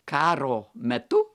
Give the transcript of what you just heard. karo metu